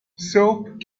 soap